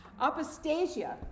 Apostasia